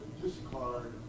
discard